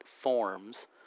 Forms